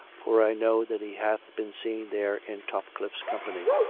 for i know that he hath been seen there in topcliffe's company.